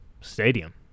stadium